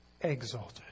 exalted